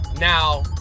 Now